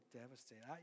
devastated